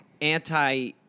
anti